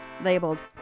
labeled